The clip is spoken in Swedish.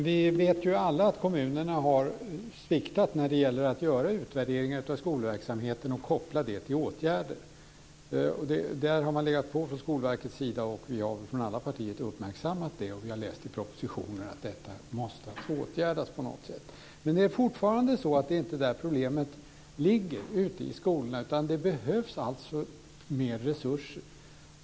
Fru talman! Vi vet alla att kommunerna har sviktat när det gäller att göra utvärderingar av skolverksamheten och koppla det till åtgärder. Där har man legat på från Skolverkets sida, och vi har väl från alla partier uppmärksammat det. Vi har läst i propositionen att detta måste åtgärdas på något sätt. Men det är fortfarande inte där som problemet ute i skolorna ligger, utan det behövs mer resurser.